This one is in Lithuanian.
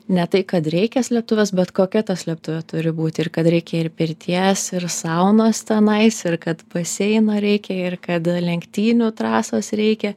ne tai kad reikia slėptuvės bet kokia ta slėptuvė turi būti ir kad reikia ir pirties ir saunos tenais ir kad baseino reikia ir kad lenktynių trasos reikia